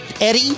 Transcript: Eddie